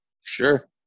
Sure